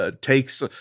takes –